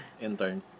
intern